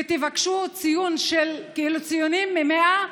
ותבקשו ציון מתוך 100,